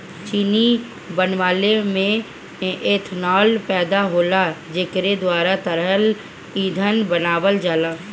चीनी बनवले में एथनाल पैदा होला जेकरे द्वारा तरल ईंधन बनावल जाला